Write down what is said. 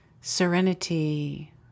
serenity